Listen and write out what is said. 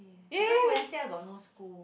cause Wednesday I got no school